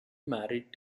married